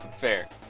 Fair